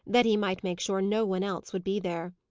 that he might make sure no one else would be there.